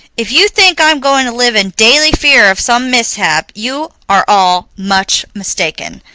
if you think i'm going to live in daily fear of some mishap, you are all much mistaken.